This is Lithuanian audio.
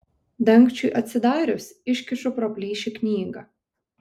dangčiui atsidarius iškišu pro plyšį knygą